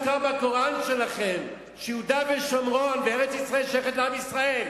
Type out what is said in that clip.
בקוראן שלכם שיהודה ושומרון וארץ-ישראל שייכים לעם ישראל.